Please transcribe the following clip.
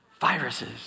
viruses